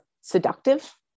seductive